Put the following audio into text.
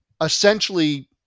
essentially